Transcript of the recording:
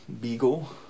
beagle